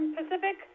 Pacific